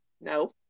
No